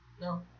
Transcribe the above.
No